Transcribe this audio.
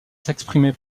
s’exprimer